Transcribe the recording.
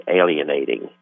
alienating